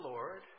Lord